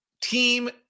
Team